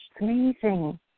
amazing